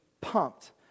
pumped